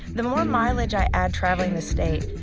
the more and mileage i add traveling the state,